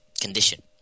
condition